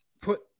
put